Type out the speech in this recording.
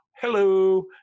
Hello